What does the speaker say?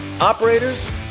operators